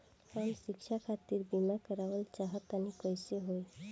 हम शिक्षा खातिर बीमा करावल चाहऽ तनि कइसे होई?